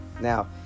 Now